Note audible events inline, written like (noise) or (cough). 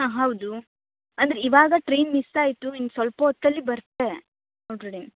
ಹಾಂ ಹೌದು ಅಂದ್ರೆ ಇವಾಗ ಟ್ರೈನ್ ಮಿಸ್ ಆಯಿತು ಇನ್ನು ಸ್ವಲ್ಪ ಹೊತ್ತಲ್ಲಿ ಬರ್ತೆ (unintelligible)